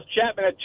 Chapman